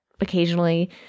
occasionally